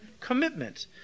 commitment